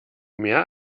mehr